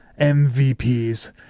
MVPs